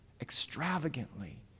extravagantly